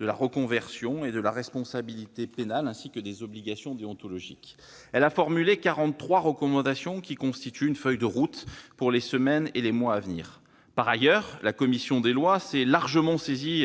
de la reconversion, de la responsabilité pénale et des obligations déontologiques. Elle a formulé 43 recommandations qui constituent une feuille de route pour les semaines et les mois à venir. Par ailleurs, la commission des lois s'est largement saisie